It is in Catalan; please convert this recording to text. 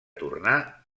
tornar